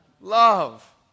love